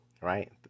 right